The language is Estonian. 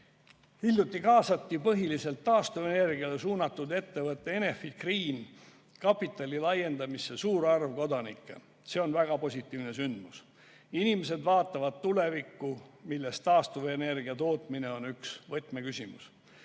NIMBY.Hiljuti kaasati põhiliselt taastuvenergiale suunatud ettevõtte Enefit Green kapitali laiendamisse suur arv kodanikke. See on väga positiivne sündmus. Inimesed vaatavad tulevikku, milles taastuvenergia tootmine on üks võtmeteemasid.